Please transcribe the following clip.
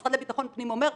המשרד לביטחון פנים אומר,